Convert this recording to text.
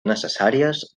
necessàries